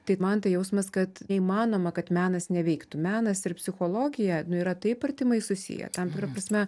tai man tai jausmas kad neįmanoma kad menas neveiktų menas ir psichologija nu yra taip artimai susiję tam tikra prasme